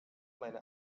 meine